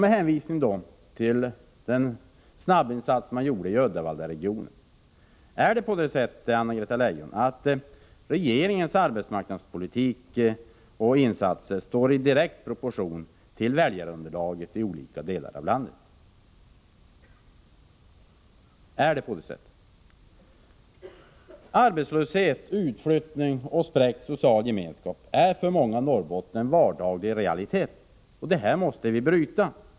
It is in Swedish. Med hänvisning till den snabbinsats man gjorde i Uddevallaregionen vill jag fråga: Är det på det sättet, Anna-Greta Leijon, att regeringens arbetsmarknadspolitik och insatser står i direkt proportion till väljarunderlaget i olika delar av landet? Arbetslöshet, utflyttning och spräckt social gemenskap är för många norrbottningar en vardaglig realitet, och detta måste vi bryta.